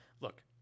Look